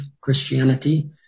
Christianity